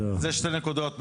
אלו שתי הנקודות באמת.